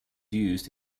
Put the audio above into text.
used